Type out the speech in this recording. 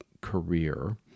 career